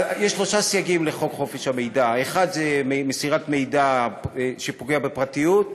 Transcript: יש שלושה סייגים לחוק חופש המידע: הראשון זה מסירת מידע שפוגע בפרטיות,